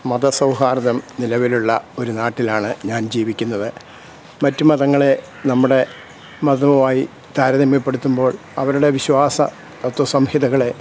മതസൗഹാർദ്ദം നിലവിലുള്ള ഒരു നാട്ടിലാണ് ഞാൻ ജീവിക്കുന്നത് മറ്റു മതങ്ങളെ നമ്മുടെ മതവുമായി താരതമ്യപ്പെടുത്തുമ്പോൾ അവരുടെ വിശ്വാസ തത്വസംഹിതകളെ